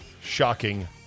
shocking